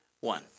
one